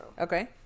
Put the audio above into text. Okay